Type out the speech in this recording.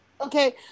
Okay